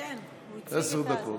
כן, הוא הציג את, עשר דקות.